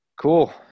cool